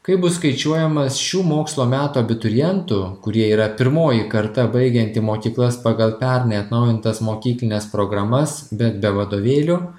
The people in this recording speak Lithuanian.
kaip bus skaičiuojamas šių mokslo metų abiturientų kurie yra pirmoji karta baigianti mokyklas pagal pernai atnaujintas mokyklines programas bet be vadovėlių